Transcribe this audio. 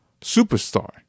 superstar